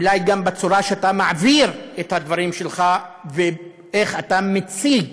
אולי גם בצורה שאתה מעביר את הדברים שלך ואיך אתה מציג